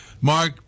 Mark